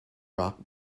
rock